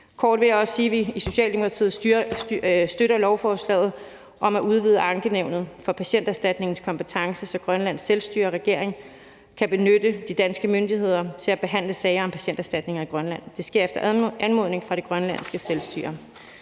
Jeg vil også kort sige, at vi i Socialdemokratiet støtter lovforslaget om at udvide Ankenævnet for Patienterstatningens kompetence, så Grønlands selvstyre og regering kan benytte de danske myndigheder til at behandle sager om patienterstatninger i Grønland. Det sker efter anmodning fra det grønlandske selvstyre.